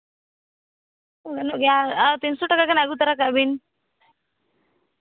ᱜᱟᱱᱚᱜ ᱜᱮᱭᱟ ᱟᱨ ᱛᱤᱱᱥᱚ ᱴᱟᱠᱟ ᱱᱟᱜ ᱟᱹᱜᱩ ᱛᱟᱨᱟ ᱠᱟᱜ ᱵᱤᱱ